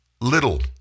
little